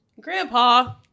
Grandpa